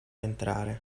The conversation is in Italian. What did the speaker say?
entrare